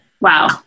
wow